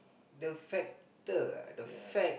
the factor uh the fact